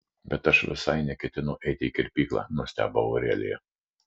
bet aš visai neketinau eiti į kirpyklą nustebo aurelija